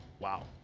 Wow